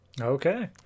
Okay